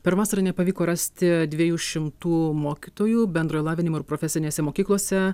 per vasarą nepavyko rasti dviejų šimtų mokytojų bendro lavinimo ir profesinėse mokyklose